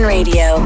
radio